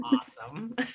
awesome